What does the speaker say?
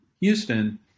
Houston